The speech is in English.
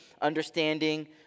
understanding